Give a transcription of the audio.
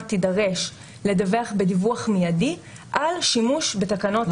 תידרש לדווח בדיווח מיידי על שימוש בתקנות ההקלות.